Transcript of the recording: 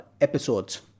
episodes